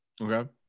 Okay